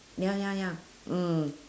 ya ya ya mm